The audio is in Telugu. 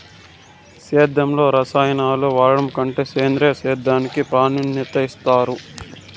సేద్యంలో రసాయనాలను వాడడం కంటే సేంద్రియ సేద్యానికి ప్రాధాన్యత ఇస్తారు